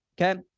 Okay